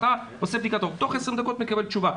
אתה עושה בדיקת רוק, תוך 20 דקות אתה מקבל תשובה.